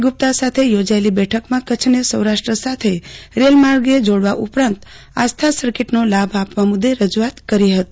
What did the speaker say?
ગુપ્તા સાથે યોજાયેલી બેઠકમાં કચ્છને સૌરાષ્ટ્ર સાથે રેલમાર્ગે જોડવા ઉપરાંત અસ્થા સર્કિટનો લાભ આપવા મુદ્દે રજૂઆત કરી હતી